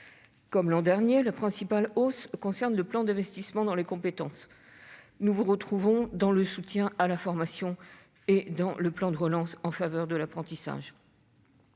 Comme l'an dernier, la principale hausse concerne le plan d'investissement dans les compétences. Nous vous retrouvons dans le soutien à la formation et dans le plan de relance en faveur de l'apprentissage.